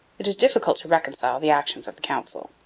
it is difficult to reconcile the actions of the council.